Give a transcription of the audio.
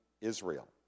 Israel